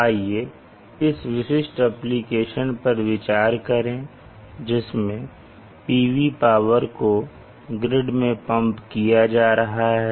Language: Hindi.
आइए इस विशिष्ट एप्लिकेशन पर विचार करें जिसमें PV पावर को ग्रिड में पंप किया जा रहा है